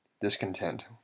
discontent